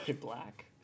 black